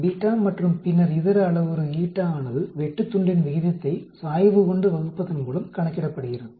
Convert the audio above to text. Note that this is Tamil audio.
Β மற்றும் பின்னர் இதர அளவுரு η ஆனது வெட்டுத்துண்டின் விகிதத்தை சாய்வு கொண்டு வகுப்பதன்மூலம் கணக்கிடப்படுகிறது